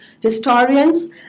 historians